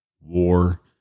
war